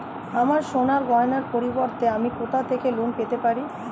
আমার সোনার গয়নার পরিবর্তে আমি কোথা থেকে লোন পেতে পারি?